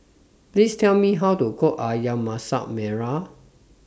Please Tell Me How to Cook Ayam Masak Merah